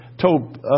told